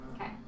Okay